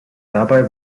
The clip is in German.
dabei